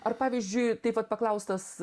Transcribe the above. ar pavyzdžiui taip vat paklaustas